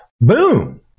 Boom